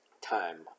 time